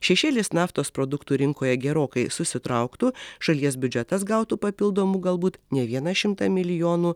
šešėlis naftos produktų rinkoje gerokai susitrauktų šalies biudžetas gautų papildomų galbūt ne vieną šimtą milijonų